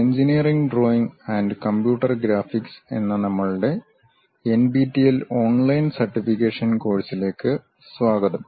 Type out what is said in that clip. engineering drawing and computer graphics എന്ന നമ്മളുടെ NPTEL online certification കോഴ്സിലേക്ക് സ്വാഗതം